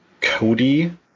Cody